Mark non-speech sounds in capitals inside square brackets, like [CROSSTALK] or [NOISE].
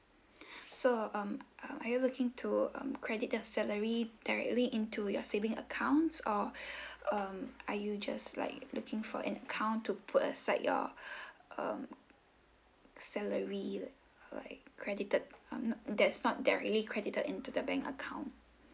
so um are you looking to um credit the salary directly into your saving accounts or [BREATH] um are you just like looking for an count to put aside your um salary like credited that's not directly credited into the bank account